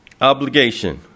Obligation